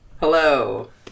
Hello